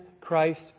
Christ